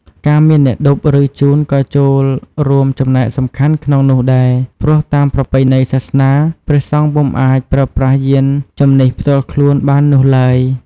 ការមានអ្នកឌុប ឬ ជូនក៏ចូលរួមចំណែកសំខាន់ក្នុងនោះដែរ ព្រោះតាមប្រពៃណីសាសនា ព្រះសង្ឃពុំអាចប្រើប្រាស់យាន្តជំនិះផ្ទាល់ខ្លួនបាននោះឡើយ។